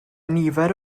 nifer